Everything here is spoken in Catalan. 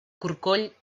corcoll